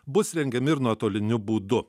bus rengiami ir nuotoliniu būdu